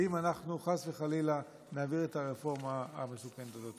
אם אנחנו חס וחלילה נעביר את הרפורמה המסוכנת הזאת.